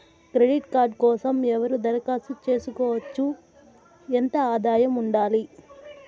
Credit card కోసం ఎవరు దరఖాస్తు చేసుకోవచ్చు? ఎంత ఆదాయం ఉండాలి?